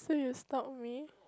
so you will stalk me